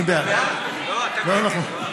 לא, אתם נגד, יואב.